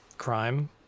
crime